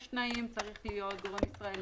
יש תנאים: הוא צריך להיות גורם ישראלי,